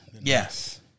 Yes